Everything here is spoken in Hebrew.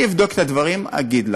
אני אבדוק את כל הדברים ואגיד לך,